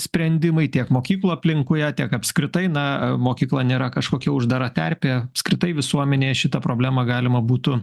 sprendimai tiek mokyklų aplinkoje tiek apskritai na mokykla nėra kažkokia uždara terpė apskritai visuomenėje šitą problemą galima būtų